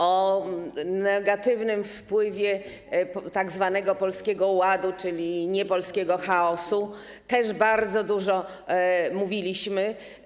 O negatywnym wpływie tzw. Polskiego Ładu, czyli niepolskiego chaosu, też bardzo dużo mówiliśmy.